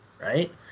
right